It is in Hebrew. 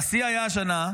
והשיא היה השנה,